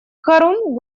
харун